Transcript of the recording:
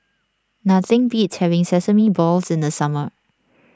nothing beats having Sesame Balls in the summer